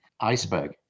iceberg